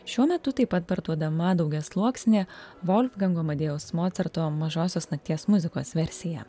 šiuo metu taip pat parduodama daugiasluoksnė volfgango amadėjaus mocarto mažosios nakties muzikos versiją